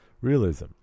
Realism